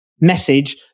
message